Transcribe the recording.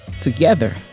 together